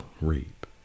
reap